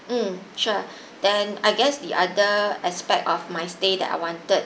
mm sure then I guess the other aspect of my stay that I wanted